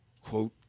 Quote